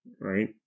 right